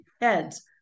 heads